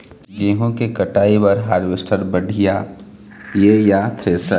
गेहूं के कटाई बर हारवेस्टर बढ़िया ये या थ्रेसर?